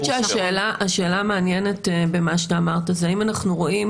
אני חושבת שהשאלה המעניינת במה שאתה אמרת זה האם אנחנו רואים